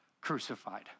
crucified